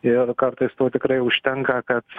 ir kartais to tikrai užtenka kad